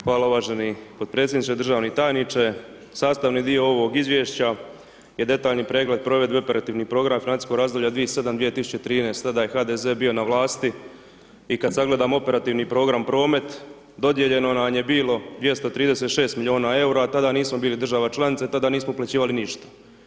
Hvala uvaženi potpredsjedniče, državni tajniče, sastavni dio ovog izvješća je detaljni pregled provedbe operativnih programa ... 2013., tada je HDZ bio na vlasti i kad sagledamo operativni program promet, dodijeljeno nam je bilo 236 milijuna eura, a tada nismo bili država članica i tada nismo uplaćivali ništa.